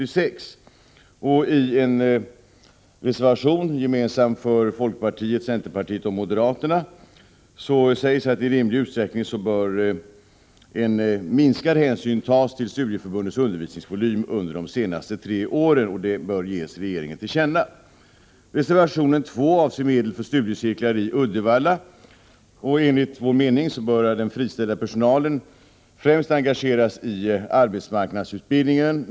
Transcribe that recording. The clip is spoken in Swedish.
I reservationen, som är gemensam för centerpartiet, folkpartiet och moderaterna, sägs att i rimlig utsträckning bör minskad hänsyn tas till studieförbundens undervisningsvolym under de senaste tre åren och att detta bör ges regeringen till känna. Reservation 2 avser medel för studiecirklar i Uddevalla. Enligt vår mening bör den friställda personalen främst engageras i arbetsmarknadsutbildning.